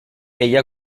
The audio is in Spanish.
ella